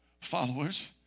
followers